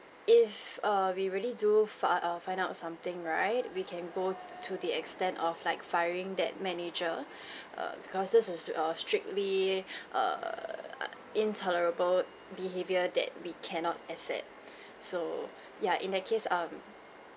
if err we really do far err find out something right we can go to the extent of like firing that manager err because this is a strictly err intolerable behavior that we cannot accept so ya in that case um